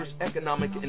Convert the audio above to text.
economic